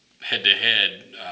head-to-head